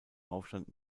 aufstand